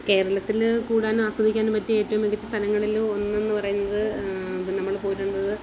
കേരളത്തിൽ കൂടാനും ആസ്വദിക്കാനും പറ്റിയ ഏറ്റവും മികച്ച സ്ഥലങ്ങളിൽ ഒന്നെന്ന് പറയുന്നത് ഇപ്പോൾ നമ്മൾ പോയിട്ടുള്ളത്